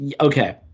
Okay